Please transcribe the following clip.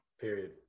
Period